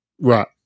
Right